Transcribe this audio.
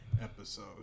episode